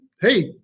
hey